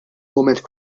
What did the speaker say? mument